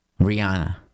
Rihanna